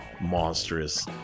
Monstrous